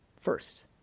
first